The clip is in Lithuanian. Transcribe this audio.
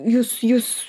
jūs jūs